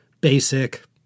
basic